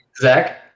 Zach